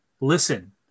listen